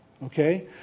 Okay